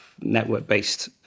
network-based